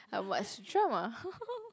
I watch drama